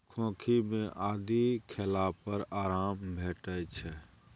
खोंखी मे आदि खेला पर आराम भेटै छै